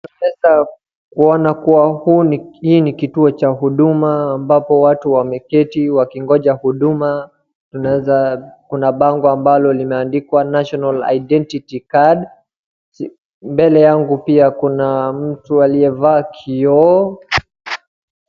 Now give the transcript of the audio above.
Naweza kuona kuwa hiki ni kituo cha huduma ambapo watu wameketi wakingoja huduma. Kuna bango ambalo limeandikwa national identity card mbele yangu pia kuna mtu aliyevaa kioo.